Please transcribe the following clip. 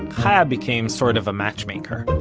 chaya became sort of a matchmaker